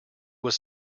was